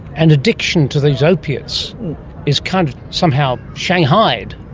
and addiction to these opiates is kind of somehow shanghaied,